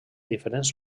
diferents